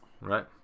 Right